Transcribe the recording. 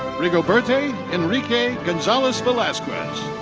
rigoberto enrique gonzalez velazquez.